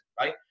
Right